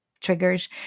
triggers